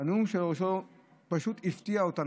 הוא פשוט הפתיע אותנו.